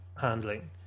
handling